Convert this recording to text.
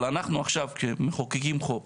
אבל אנחנו עכשיו כשמחוקקים חוק